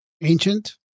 Ancient